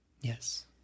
yes